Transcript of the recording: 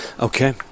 Okay